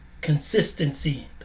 Consistency